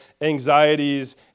anxieties